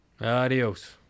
Adios